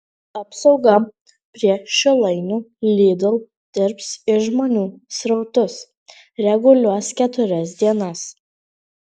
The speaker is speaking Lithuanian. apsauga prie šilainių lidl dirbs ir žmonių srautus reguliuos keturias dienas